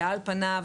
ועל פניו,